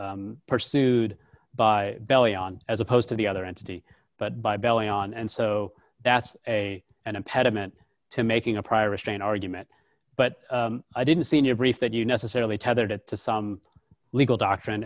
pursued by belly on as opposed to the other entity but by bellowing on and so that's a an impediment to making a prior restraint argument but i didn't seen your brief that you necessarily tethered it to some legal doctrine